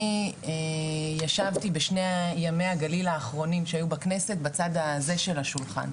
אני ישבתי בשני ימי הגליל האחרונים שהיו בכנסת בצד הזה של השולחן,